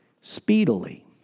speedily